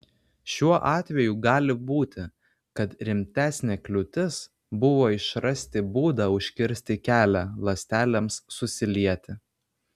šiuo atveju gali būti kad rimtesnė kliūtis buvo išrasti būdą užkirsti kelią ląstelėms susilieti